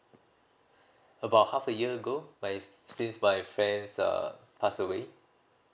about half a year ago by since my friends uh pass away